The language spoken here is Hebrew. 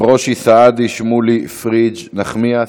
ברושי, סעדי, שמולי, פריג', נחמיאס?